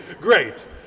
great